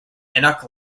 enoch